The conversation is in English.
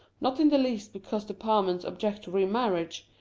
not in the least because the parmans object to remarriage,